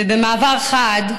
ובמעבר חד,